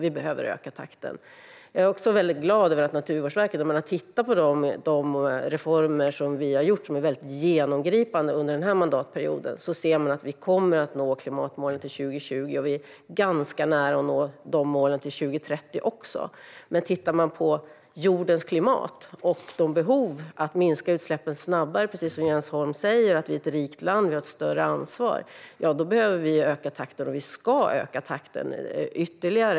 Vi behöver öka takten. Naturvårdsverket har tittat på de genomgripande reformer som vi har genomfört under den här mandatperioden. Jag är glad över att de ser att vi kommer att nå klimatmålen till 2020, och vi är ganska nära att nå målen till 2030 också. Men om vi tittar på jordens klimat och de behov som finns av att minska utsläppen snabbare - precis som Jens Holm säger är vi ett rikt land och har ett större ansvar - ser vi att vi behöver öka takten. Och vi ska öka takten ytterligare.